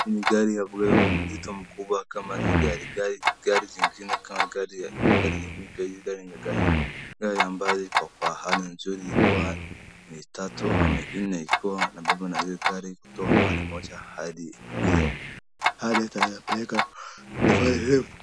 Hii ni gari ya kubeba mzito mkubwa kama hivi kama gari, gari zingine kama gari mpya, gari ni gari, gari ambayo iko kwa hali mzuri ikiwa ni tatu ama nne ikiwa nabebwa na hii gari, kutoa mahali moja hadi ingine, gari ata imeweka ifanye hivo.